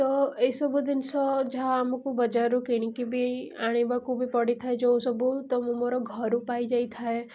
ତ ଏଇସବୁ ଜିନିଷ ଯାହା ଆମକୁ ବଜାରରୁ କିଣିକି ବି ଆଣିବାକୁ ବି ପଡ଼ିଥାଏ ଯେଉଁସବୁ ତ ମୁଁ ମୋର ଘରୁ ପାଇଯାଇଥାଏ